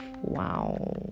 wow